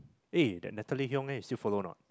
ah that Natalie-Hiong ah you still follow or not